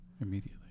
immediately